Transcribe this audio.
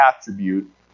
attribute